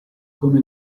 come